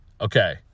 okay